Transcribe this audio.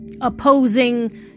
opposing